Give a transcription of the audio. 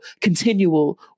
continual